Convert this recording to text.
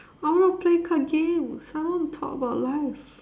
I wanna play card games I wanna talk about life